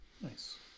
Nice